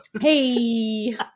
hey